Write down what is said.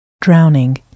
drowning